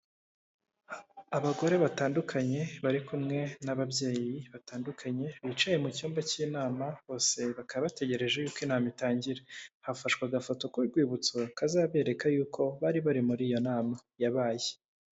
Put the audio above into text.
Abagore batandukanye bari kumwe n'ababyeyi batandukanye, bicaye mu cyumba cy'inama bose bakaba bategereje yuko inama itangira, hafashwe agafoto k'urwibutso kazabereka y'uko bari bari muri iyo nama yabaye.